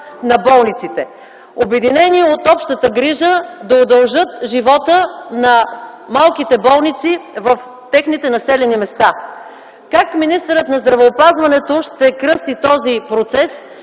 на болниците, обединени от общата грижа да удължат живота на малките болници в техните населени места. Как министърът на здравеопазването ще кръсти този процес